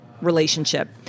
relationship